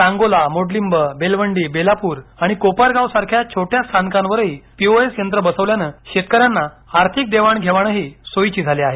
सांगोला मोडलिंब बेलवंडी बेलापूर आणि कोपरगाव सारख्या छोट्या स्थानकावरही पीओएस यंत्र बसवल्यान शेतकऱ्यांना आर्थिक देवाण घेवाणही सोईची झाली आहे